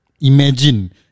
imagine